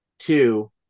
Two